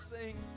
sing